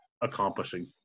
accomplishing